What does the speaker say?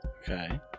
Okay